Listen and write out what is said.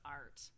art